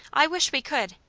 i wish we could.